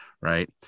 right